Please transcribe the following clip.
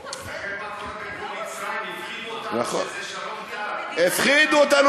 תסתכל מה קורה בגבול מצרים, שהפחידו אותנו